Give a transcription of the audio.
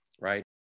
Right